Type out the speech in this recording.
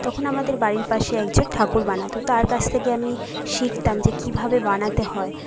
তখন আমাদের বাড়ির পাশে একজন ঠাকুর বানাতো তার কাছ থেকে আমি শিখতাম যে কীভাবে বানাতে হয়